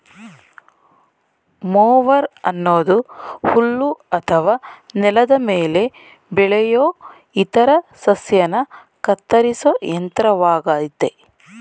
mower ಅನ್ನೋದು ಹುಲ್ಲು ಅಥವಾ ನೆಲದ ಮೇಲೆ ಬೆಳೆಯೋ ಇತರ ಸಸ್ಯನ ಕತ್ತರಿಸೋ ಯಂತ್ರವಾಗಯ್ತೆ